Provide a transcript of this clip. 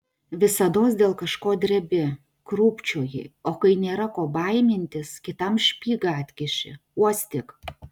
visados dėl kažko drebi krūpčioji o kai nėra ko baimintis kitam špygą atkiši uostyk